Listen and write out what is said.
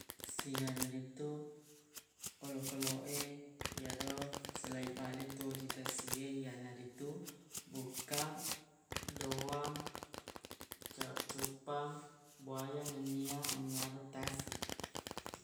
Sianaritu olokoloq e yaro selai bale tuo ri tasiq e iyanaritu bukkang doang ca- cuppang buaya nennia anynyaretasiq